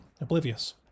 oblivious